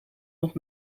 nog